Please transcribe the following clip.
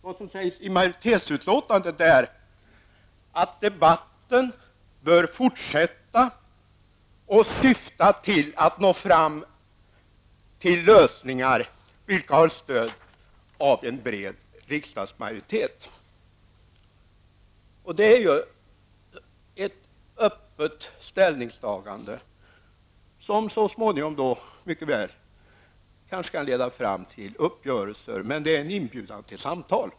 Vad som sägs i majoritetsutlåtandet är att debatten bör fortsätta och syfta till att nå fram till lösningar, vilka har stöd av en bred riksdagsmajoritet. Det är ett öppet ställningstagande som så småningom mycket väl kan leda fram till uppgörelser. Det är i varje fall en inbjudan till samtal.